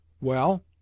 Well